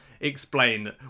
explain